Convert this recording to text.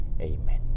Amen